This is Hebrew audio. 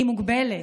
היא מוגבלת?